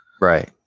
Right